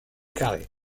carrés